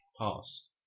past